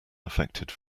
affected